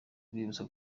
rwibutso